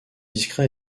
discret